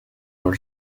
幼儿